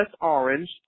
orange